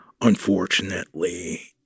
unfortunately